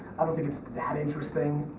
i don't think it's that interesting.